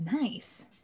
Nice